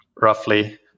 roughly